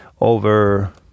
over